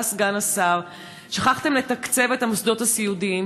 אתה סגן השר שכחתם לתקצב את המוסדות הסיעודיים,